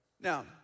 Now